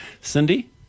Cindy